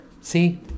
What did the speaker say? see